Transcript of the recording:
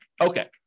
Okay